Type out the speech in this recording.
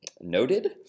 Noted